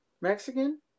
Mexican